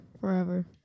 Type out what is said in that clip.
forever